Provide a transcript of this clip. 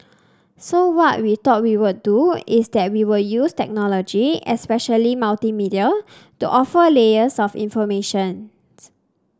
so what we thought we would do is that we will use technology especially multimedia to offer layers of informations